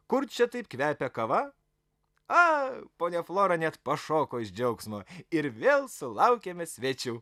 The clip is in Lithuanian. kur čia taip kvepia kava a ponia flora net pašoko iš džiaugsmo ir vėl sulaukėme svečių